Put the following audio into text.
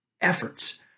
efforts